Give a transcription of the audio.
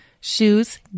shoes